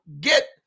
get